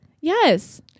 Yes